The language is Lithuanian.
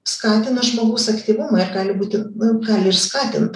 skatina žmogaus aktyvumą ir gali būti nu gali ir skatint